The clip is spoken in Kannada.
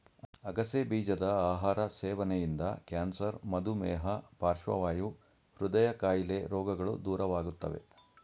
ಅಗಸೆ ಬೀಜದ ಆಹಾರ ಸೇವನೆಯಿಂದ ಕ್ಯಾನ್ಸರ್, ಮಧುಮೇಹ, ಪಾರ್ಶ್ವವಾಯು, ಹೃದಯ ಕಾಯಿಲೆ ರೋಗಗಳು ದೂರವಾಗುತ್ತವೆ